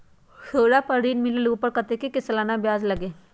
सोना पर ऋण मिलेलु ओपर कतेक के सालाना ब्याज लगे?